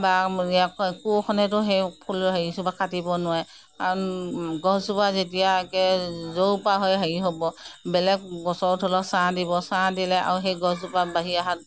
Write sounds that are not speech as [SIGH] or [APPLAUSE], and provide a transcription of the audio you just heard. বা [UNINTELLIGIBLE] কোৰখনেতো সেই ফুল হেৰি জোপা কাটিব নোৱাৰে কাৰণ গছজোপা যেতিয়াকে য'ৰ পৰা হৈ হেৰি হ'ব বেলেগ গছক ধৰি লওক ছাঁ দিব আৰু ছাঁ দিলে আৰু সেই গছজোপা বাঢ়ি অহাত